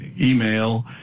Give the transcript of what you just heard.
email